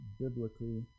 biblically